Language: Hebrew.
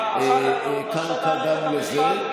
מערכת המשפט, קרקע גם לזה.